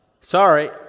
sorry